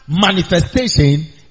manifestation